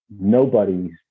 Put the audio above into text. Nobody's